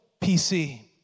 PC